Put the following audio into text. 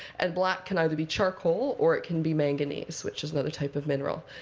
and black can either be charcoal, or it can be manganese, which is another type of mineral.